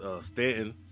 Stanton